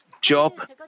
Job